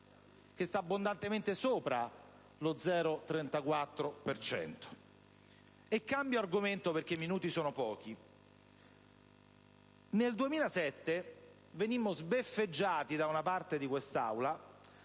abbondantemente sopra lo 0,34 per cento. Cambio argomento perché i minuti sono pochi. Nel 2007 venimmo sbeffeggiati da una parte di quest'Aula,